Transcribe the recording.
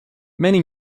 many